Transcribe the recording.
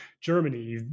Germany